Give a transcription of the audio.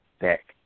Back